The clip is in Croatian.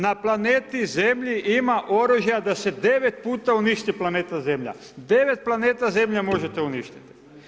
Na planeti Zemlji ima oružja da se 9 puta uništi planeta Zemlja, 9 planeta Zemlja možete uništiti.